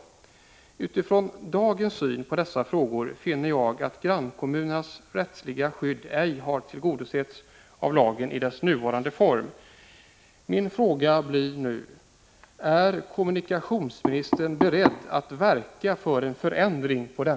Med tanke på dagens syn på dessa frågor finner jag att grannkommunernas rättsliga skydd ej har tillgodosetts av den nuvarande lagen.